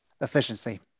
efficiency